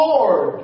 Lord